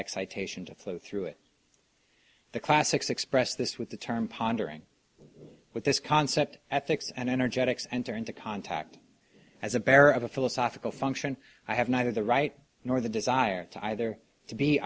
excitation to flow through it the classics express this with the term pondering with this concept ethics and energetics enter into contact as a bear of a philosophical function i have neither the right nor the desire to either to be